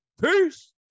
peace